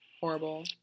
Horrible